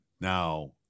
Now